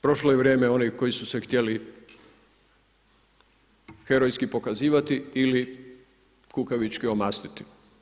Prošle je vrijeme onih koji su se htjeli herojski pokazivati ili kukavički omastiti.